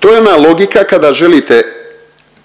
To je ona logika kada želite